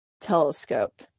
telescope